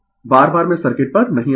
बार बार मैं सर्किट पर नहीं आऊंगा